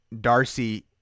Darcy